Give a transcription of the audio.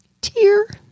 Tear